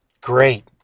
Great